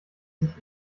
sich